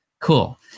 Cool